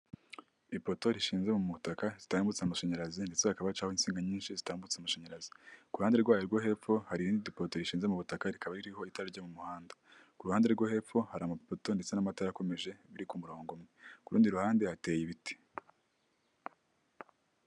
Ipoto rishinze mu butaka zitambutsa amashanyarazi ndetse hakaba hacaho insinga nyinshi zitambutsa amashanyarazi, ku ruhande rwayo rwo hepfo hari irindi poto rishinze mu butaka rikaba ririho itara ryo mu muhanda, ku ruhande rwo hepfo hari amapoto ndetse n'amatara akomeje ari ku murongo umwe, ku rundi ruhande hateye ibiti.